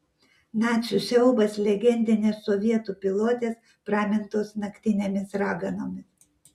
nacių siaubas legendinės sovietų pilotės pramintos naktinėmis raganomis